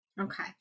Okay